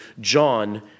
John